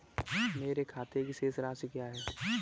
मेरे खाते की शेष राशि क्या है?